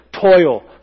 toil